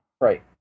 Right